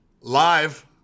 live